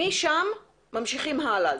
משם ממשיכים הלאה.